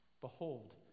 Behold